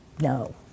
no